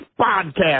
Podcast